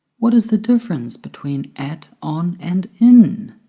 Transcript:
what is the difference between at, on and in.